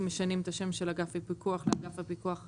אם משנים את השם של אגף הפיקוח ל"אגף הפיקוח על"